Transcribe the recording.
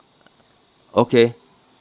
okay